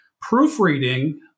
proofreading